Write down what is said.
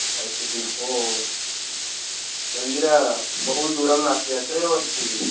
अस्तु चेद् भो मन्दिरं बहु दूरं नास्ति अत्रैव अस्ति